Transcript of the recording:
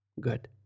good